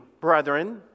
brethren